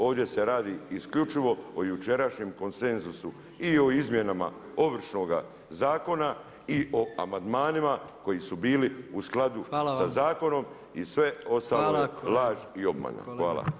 Ovdje se radi isključivo o jučerašnjem konsenzusu i o izmjenama Ovršnoga zakona i o amandmanima koji su bili u skladu sa zakonom i sve ostalo [[Upadica predsjednik: Hvala.]] je laž i obmana.